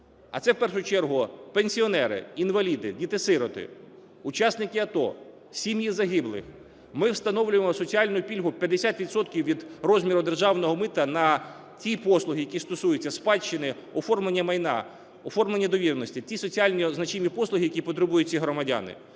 а це в першу чергу пенсіонери, інваліди, діти-сироти, учасники АТО, сім'ї загиблих, ми встановлюємо соціальну пільгу 50 відсотків від розміру державного мита на ті послуги, які стосуються спадщини, оформлення майна, оформлення довіреності, – ті соціально значимі послуги, які потребують ці громадяни,